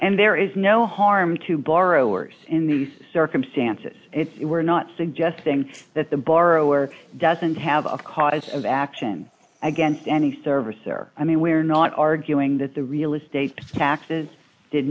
and there is no harm to borrowers in these circumstances if we're not suggesting that the borrower doesn't have a cause of action against any service or i mean we're not arguing that the real estate taxes did